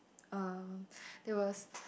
uh there was